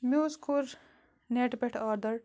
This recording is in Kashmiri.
مےٚ حظ کوٚر نٮ۪ٹ پٮ۪ٹھٕ آرڈَر